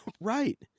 Right